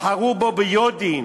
בחרו בו ביודעין,